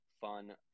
fun